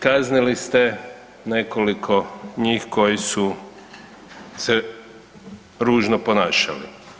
Kaznili ste nekoliko njih koji su se ružno ponašali.